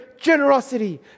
generosity